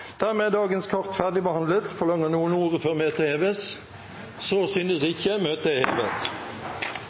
Dermed er dagens kart ferdigbehandlet. Forlanger noen ordet før møtet heves? Så synes ikke. – Møtet er hevet.